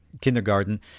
kindergarten